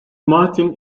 martin